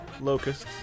Locusts